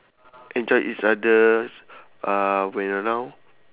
enjoy each other uh when around